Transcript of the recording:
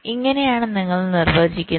ഇങ്ങനെയാണ് നിങ്ങൾ നിർവചിക്കുന്നത്